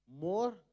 more